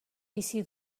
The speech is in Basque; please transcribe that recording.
bizi